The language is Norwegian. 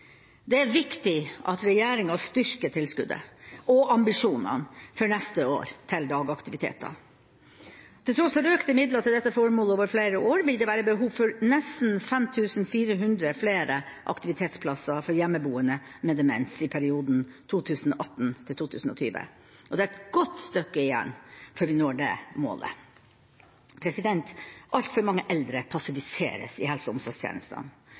Det er viktig at regjeringa styrker tilskuddet og ambisjonene for neste år til dagaktiviteter. Til tross for økte midler til dette formålet over flere år vil det være behov for nesten 5 400 flere aktivitetsplasser for hjemmeboende med demens i perioden 2018–2020. Det er et godt stykke igjen før vi når det målet. Altfor mange eldre passiviseres i helse- og omsorgstjenestene,